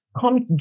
Come